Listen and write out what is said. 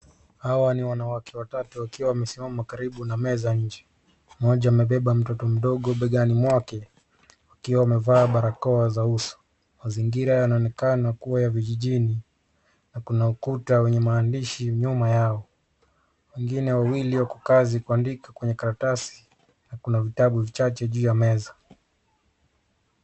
Hawa ni wanawake watatu wakiwa wamesimama karibu na meza nje, moja amebeba mtoto mdogo begani mwake akiwa amevaa barakoa za uso, mazingira yanaonekana kuwa ya vijijini na kuna ukuta wenye maandishi nyuma yao wengine ,wegine wawili wako kazi kuandika kwenye karatasi na kuna vitabu vichache juu ya meza.